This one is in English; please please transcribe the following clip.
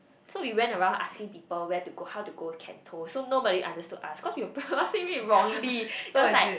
so we went around asking people where to go how to go Cantho so nobody understood us cause we were pronouncing it wrongly